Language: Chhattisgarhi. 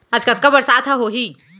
आज कतका बरसात ह होही?